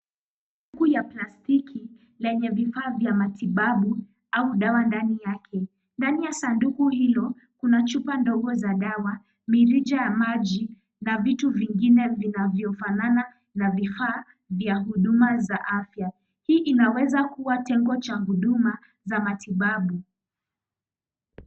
Sanduku ya plastiki yenye vifaa vya matibabu, au dawa ndani yake. Ndani ya sanduku hilo kuna chupa ndogo za dawa, mirija ya maji, na vitu vingine vinavyofanana na vifaa vya huduma za afya. Hii inaweza kuwa tengo cha huduma za matibabu.